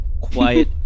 quiet